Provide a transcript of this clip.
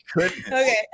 okay